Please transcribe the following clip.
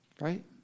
Right